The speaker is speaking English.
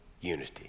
unity